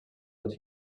but